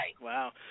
Wow